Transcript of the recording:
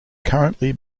currently